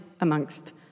amongst